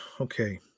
okay